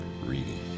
reading